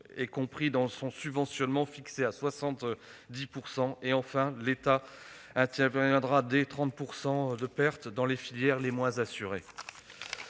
compris dans un subventionnement fixé à 70 %. Enfin, l'État interviendra dès 30 % de pertes dans les filières les moins assurées.